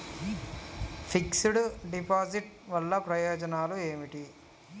Fix డ్ deposit వల్ల ప్రయోజనాలు ఏమిటి?